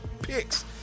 picks